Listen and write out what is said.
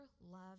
love